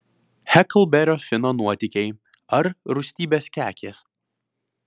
heklberio fino nuotykiai ar rūstybės kekės